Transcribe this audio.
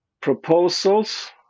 proposals